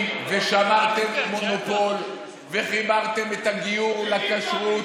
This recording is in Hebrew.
ושמרתם מונופול וחיברתם את הדיור לכשרות.